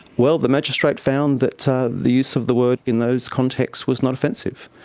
well, the magistrate found that ah the use of the word in those contexts was not offensive,